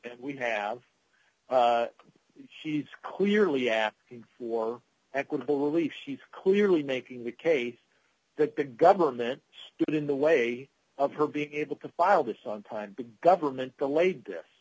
board we have she's clearly asking for equitable relief she's clearly making the case that the government stood in the way of her being able to file this on time big government delayed this